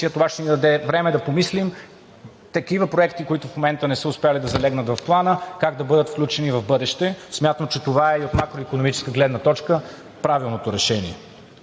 Това ще ни даде време да помислим такива проекти, които в момента не са успели да залегнат в Плана, как да бъдат включени в бъдеще. Смятам, че това е от макроикономическа гледна точка правилното решение.